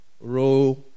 row